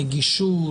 הנגישות,